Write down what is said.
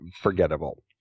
forgettable